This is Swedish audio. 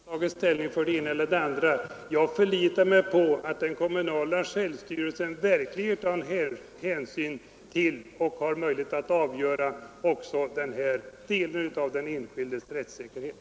Herr talman! Jag har inte, herr Sjöholm, tagit ställning för det ena eller det andra. Jag förlitar mig på att den kommunala självstyrelsen verkligen tar hänsyn och har möjlighet att avgöra frågor om den enskildes rättssäkerhet.